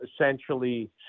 essentially